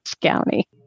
County